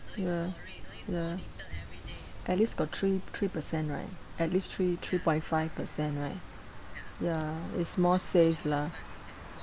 ya ya at least got three three percent right at least three three point five percent right ya it's more safe lah